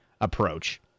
approach